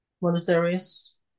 monasteries